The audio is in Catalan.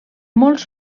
molts